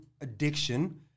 addiction